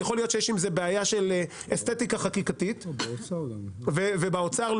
יכול להיות יש עם זה בעיה של אסתטיקה חקיקתית ובאוצר לא